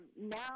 now